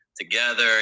together